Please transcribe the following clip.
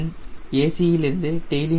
c of the wing இலிருந்து டெயிலின் a